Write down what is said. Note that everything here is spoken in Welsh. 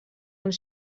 ond